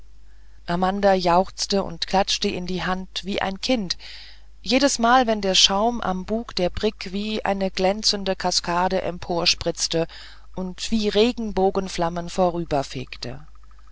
amanda jauchzte und klatschte in die hand wie ein kind jedesmal wenn der schaum am bug der brigg wie eine glänzende kaskade emporspritzte und wie regenbogenflammen